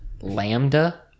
Lambda